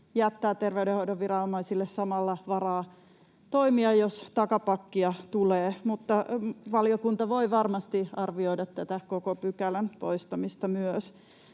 jättää terveydenhoidonviranomaisille samalla varaa toimia, jos takapakkia tulee. Mutta valiokunta voi varmasti arvioida myös tätä koko pykälän poistamista.